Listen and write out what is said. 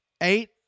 eight